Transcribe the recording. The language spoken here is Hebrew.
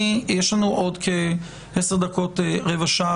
יש לנו עוד 10 דקות-רבע שעה,